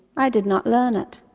i did not learn it.